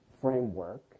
framework